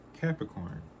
Capricorn